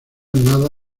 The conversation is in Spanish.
nada